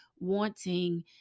wanting